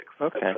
Okay